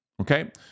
Okay